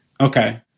Okay